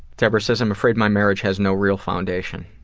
debra says i'm afraid my marriage has no real foundation.